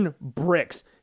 bricks